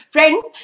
Friends